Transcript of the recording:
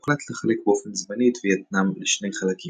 הוחלט לחלק באופן זמני את וייטנאם לשני חלקים,